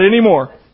anymore